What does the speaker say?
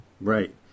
Right